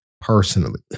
personally